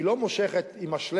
והיא לא מושכת עם השלייקעס,